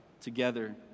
together